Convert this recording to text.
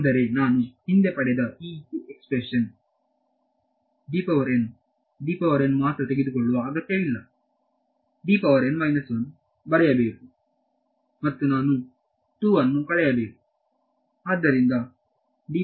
ಅಂದರೆ ನಾನು ಹಿಂದೆ ಪಡೆದ ಈ ಎಕ್ಸ್ಪ್ರೆಷನ್ ಮಾತ್ರ ತೆಗೆದುಕೊಳ್ಳುವ ಅಗತ್ಯವಿಲ್ಲ ಬರೆಯಬೇಕುಮತ್ತು ನಾನು 2 ಅನ್ನು ಕಳೆಯಬೇಕು